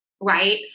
right